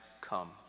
come